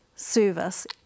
service